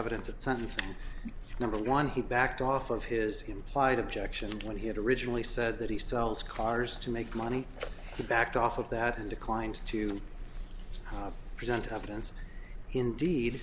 evidence at sentencing number one he backed off of his implied objection when he had originally said that he sells cars to make money backed off of that and declined to present